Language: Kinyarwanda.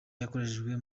yakoreshejwe